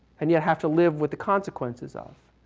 and yet have to live with the consequences of.